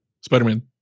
Spider-Man